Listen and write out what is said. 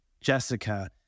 Jessica